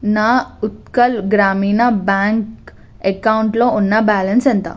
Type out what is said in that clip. నా ఉత్కల్ గ్రామీణ బ్యాంక్ అకౌంట్లో ఉన్న బ్యాలెన్స్ ఎంత